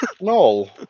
no